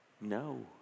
no